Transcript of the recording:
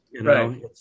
right